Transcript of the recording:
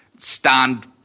Stand